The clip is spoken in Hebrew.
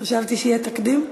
חשבתי שיהיה תקדים.